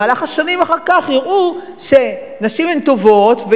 ובמהלך השנים אחר כך יראו שנשים הן טובות,